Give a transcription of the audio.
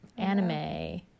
anime